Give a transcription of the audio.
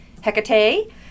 Hecate